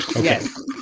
Yes